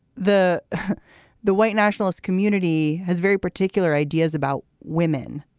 the the white nationalist community has very particular ideas about women.